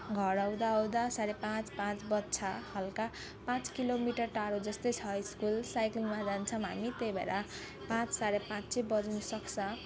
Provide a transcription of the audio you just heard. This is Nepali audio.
घर आउँदा आउँदा साढे पाँच पाँच बज्छ हल्का पाँच किलोमिटर टाढो जस्तै छ स्कुल साइकलमा जान्छौँ हामी त्यही भएर पाँच साढे पाँच चाहिँ बज्नसक्छ